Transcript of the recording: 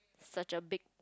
such a big